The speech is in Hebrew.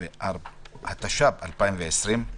התש"ף-2020.